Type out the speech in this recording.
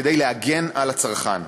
כדי להגן על הצרכן.